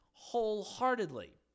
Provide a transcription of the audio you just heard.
wholeheartedly